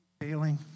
Failing